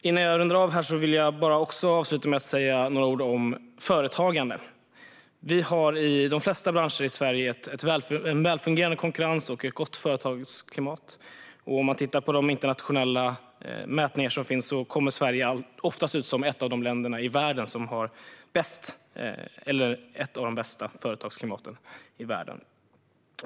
Innan jag rundar av vill jag avsluta med att säga några ord om företagande. Vi har i de flesta branscher i Sverige en välfungerande konkurrens och ett gott företagsklimat. Om man tittar på de internationella mätningar som finns kommer Sverige oftast ut som ett av de länder som har ett av de bästa företagsklimaten i världen.